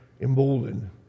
emboldened